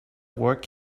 work